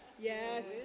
Yes